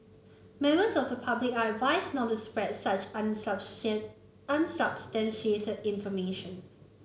members of the public are advised not to spread such unsubstantiated information